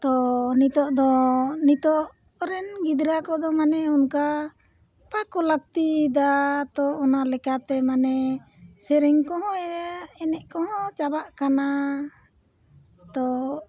ᱛᱚ ᱱᱤᱛᱳᱜ ᱫᱚ ᱱᱤᱛᱳᱜ ᱨᱮᱱ ᱜᱤᱫᱽᱨᱟᱹ ᱠᱚᱫᱚ ᱢᱟᱱᱮ ᱚᱱᱠᱟ ᱵᱟᱠᱚ ᱞᱟᱹᱠᱛᱤᱭᱮᱫᱟ ᱛᱚ ᱚᱱᱟ ᱞᱮᱠᱟᱛᱮ ᱢᱟᱱᱮ ᱥᱮᱨᱮᱧ ᱠᱚᱦᱚᱸ ᱮᱱᱮᱡ ᱠᱚᱦᱚᱸ ᱪᱟᱵᱟᱜ ᱠᱟᱱᱟ ᱛᱚ